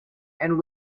and